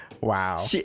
Wow